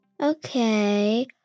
Okay